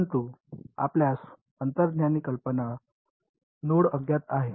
परंतु आपल्यास अंतर्ज्ञानी कल्पना नोड अज्ञात आहेत